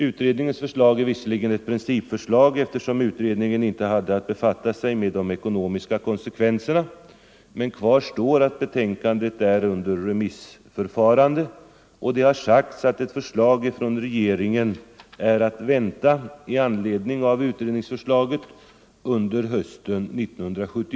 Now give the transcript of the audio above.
Utredningens förslag är visserligen ett principförslag, eftersom utredningen inte hade att befatta sig med de ekonomiska konsekvenserna, men kvar står att betänkandet är föremål för remissförfarande, och det har sagts att ett förslag från regeringen är att vänta under hösten 1975 i anledning av utredningens resultat.